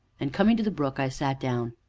and coming to the brook, i sat down,